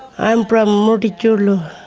i am from mutitjulu.